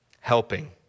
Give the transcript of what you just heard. helping